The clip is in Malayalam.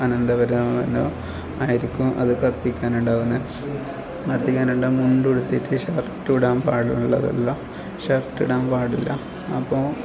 അനന്തരവനോ ആയിരിക്കും അത് കത്തിക്കാൻ ഉണ്ടാവുന്നെ കത്തിക്കാനെല്ലാം മുണ്ടുടുത്തിട്ട് ഷർട്ടു ഇടാൻ പാടുള്ളതല്ല ഷർട്ട് ഇടാൻ പാടില്ല അപ്പോൾ